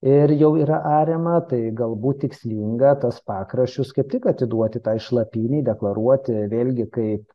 ir jau yra ariama tai galbūt tikslinga tas pakraščius kaip tik atiduoti tai šlapynei deklaruoti vėlgi kaip